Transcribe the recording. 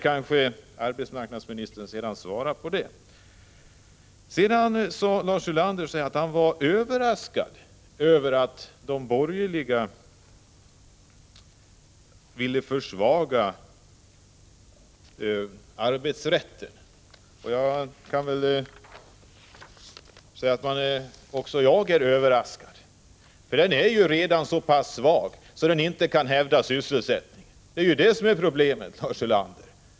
Kanske arbetsmarknadsministern kommer att svara på detta. Lars Ulander sade också att han var överraskad över att de borgerliga ville försvaga arbetsrätten. Jag kan säga att också jag är överraskad över detta, för arbetsrätten är ju redan så pass svag att det inte går att hävda sysselsättningen. Det är det som är problemet, Lars Ulander.